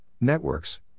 networks